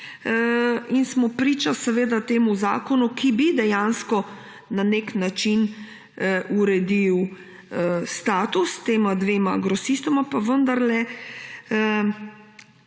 in smo priča temu zakonu, ki bi dejansko na nek način uredil status tema dvema grosistoma, pa vendarle